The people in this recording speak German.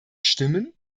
stimmen